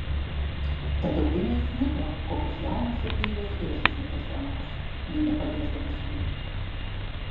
tad eugenijus juto kokios jaunos ir gaivios yra šios moters rankos nė nepaliesdamas jų